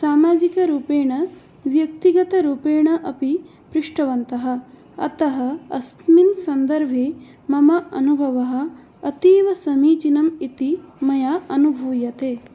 सामाजिकरूपेण व्यक्तिगतरूपेण अपि पृष्टवन्तः अतः अस्मिन् सन्दर्भे मम अनुभवः अतीवसमीचीनम् इति मया अनुभूयते